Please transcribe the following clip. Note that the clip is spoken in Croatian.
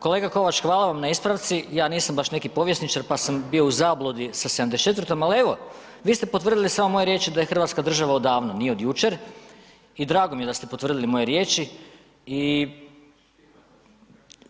Kolega Kovač, hvala vam na ispravci, ja nisam baš neki povjesničar, pa sam bio u zabludi sa 74.-tom, ali evo, vi ste potvrdili samo moje riječi da je hrvatska država odavno, nije od jučer i drago mi je da ste potvrdili moje riječi i